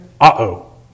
uh-oh